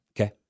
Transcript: Okay